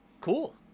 Cool